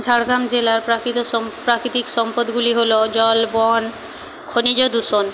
ঝাড়গ্রাম জেলার প্রাকৃত সম প্রাকৃতিক সম্পদগুলি হলো জল বন খনিজ দূষণ